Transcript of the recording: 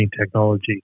technology